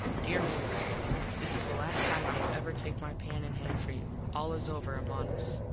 dere mable this is the last time i will ever take my pen in hand for you. all is over among us.